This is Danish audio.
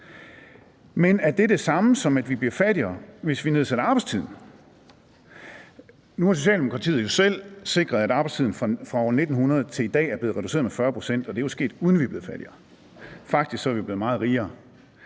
Men er det det samme, som at vi bliver fattigere, hvis vi nedsætter arbejdstiden? Nu har Socialdemokratiet jo selv sikret, at arbejdstiden fra år 1900 til i dag er blevet reduceret med 40 pct., og det er jo sket, uden at vi er blevet fattigere – faktisk er vi blevet meget rigere.